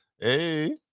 hey